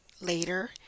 later